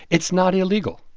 it's not illegal.